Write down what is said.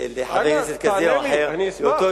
לחבר כנסת זה או אחר, אנא, תענה לי, אני אשמח.